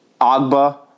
Agba